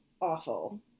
awful